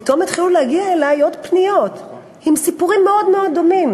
פתאום התחילו להגיע אלי עוד פניות עם סיפורים מאוד דומים